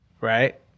right